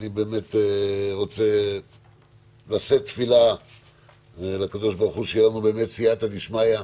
אני רוצה לשאת תפילה לקדוש ברוך שתהיה לנו סיעתא דשמיא,